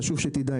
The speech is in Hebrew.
חשוב שתדע,